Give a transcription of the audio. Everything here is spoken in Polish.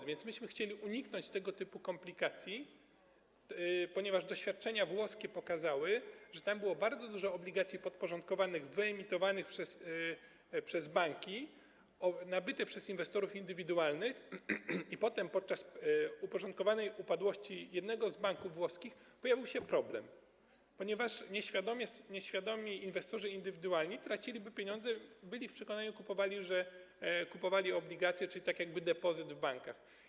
A więc myśmy chcieli uniknąć tego typu komplikacji, ponieważ doświadczenia włoskie pokazały, że tam było bardzo dużo obligacji podporządkowanych wyemitowanych przez banki, które były nabyte przez inwestorów indywidualnych, a potem podczas uporządkowanej upadłości jednego z banków włoskich pojawił się problem, ponieważ nieświadomi inwestorzy indywidualni traciliby pieniądze, bo byli przekonani, że kupowali obligacje, czyli że był to jakby depozyt w bankach.